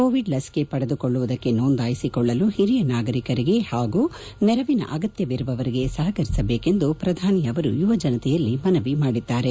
Covid ಲಸಿಕೆ ಪಡೆದುಕೊಳ್ಳುವುದಕ್ಕೆ ನೋಂದಾಯಿಸಿಕೊಳ್ಳಲು ಹಿರಿಯ ನಾಗರಿಕರಿಗೆ ಹಾಗೂ ನೆರವಿನ ಅಗತ್ನವಿರುವವರಿಗೆ ಸಹಕರಿಸಬೇಕೆಂದು ಪ್ರಧಾನಿ ಅವರು ಯುವಜನತೆಯಲ್ಲಿ ಮನವಿ ಮಾಡಿದರು